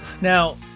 Now